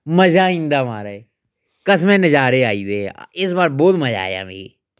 मजा आई जंदा महाराज कसमै नजारे आई गेदे हे इस बार बोह्त मजा आया मिगी